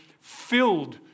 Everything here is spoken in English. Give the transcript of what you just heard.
filled